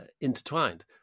intertwined